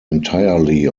entirely